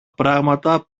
πράματα